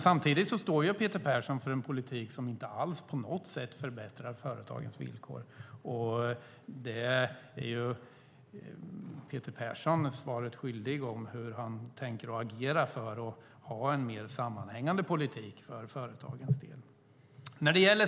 Samtidigt står Peter Persson för en politik som inte alls på något sätt förbättrar företagens villkor. Peter Persson är svaret skyldig hur han tänker agera för att få en mer sammanhängande politik för företagens del.